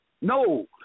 No